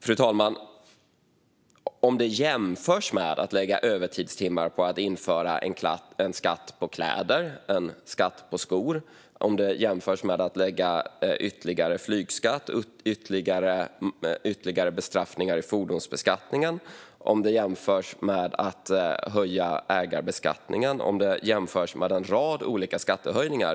Fru talman! Det beror på om det jämförs med att lägga övertidstimmar på att införa en skatt på kläder och på skor, om det jämförs med att lägga tid på att införa ytterligare flygskatt och ytterligare bestraffningar genom fordonsbeskattningen, om det jämförs med att höja ägarbeskattningen och en rad andra skattehöjningar.